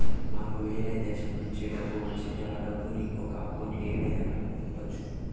నాకు వేరే దేశము నుంచి డబ్బు వచ్చింది ఆ డబ్బును ఇంకొక అకౌంట్ ఏ విధంగా గ పంపొచ్చా?